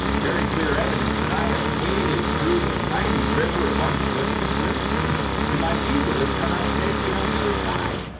very clear evidence that i have waded through the mighty river of unsolicited criticism and my ego has come out safely on the other side,